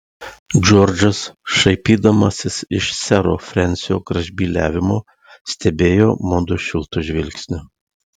džordžas šaipydamasis iš sero frensio gražbyliavimo stebėjo mudu šiltu žvilgsniu